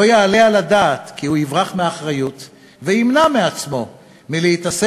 לא יעלה על הדעת שהוא יברח מאחריות וימנע עצמו מלהתעסק